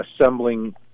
assembling